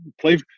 play –